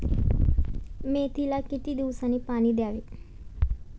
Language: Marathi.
मेथीला किती दिवसांनी पाणी द्यावे?